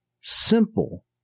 simple